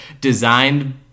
designed